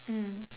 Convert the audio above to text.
mm